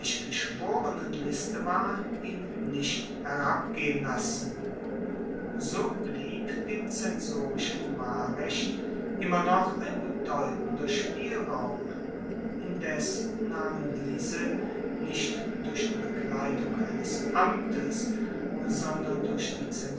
geschworenenliste war ihn nicht herabgehen lassen so blieb dem zensorischen wahlrecht immer noch ein bedeutender spielraum indes nahmen diese nicht durch die bekleidung eines amtes sondern durch die